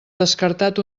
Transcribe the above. descartat